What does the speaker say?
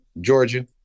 Georgia